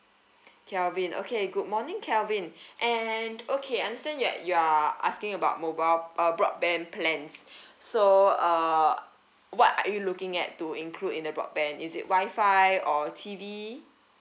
kelvin okay good morning kelvin and okay understand that you are asking about mobile uh broadband plans so uh what are you looking at to include in the broadband is it wi-fi or T_V